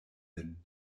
lin